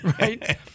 right